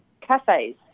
cafes